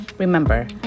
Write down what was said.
Remember